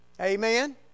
Amen